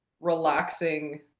relaxing